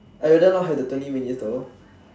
I rather not have the twenty minutes though